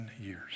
years